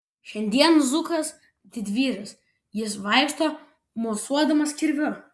šiandien zukas didvyris jis vaikšto mosuodamas kirviu